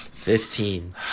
Fifteen